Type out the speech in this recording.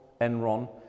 Enron